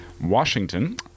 washington